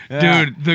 dude